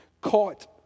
caught